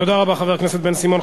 תודה רבה, חבר הכנסת בן-סימון.